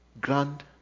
grand